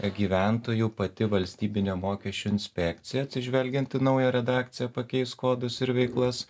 gyventojų pati valstybinė mokesčių inspekcija atsižvelgiant į naują redakciją pakeis kodus ir veiklas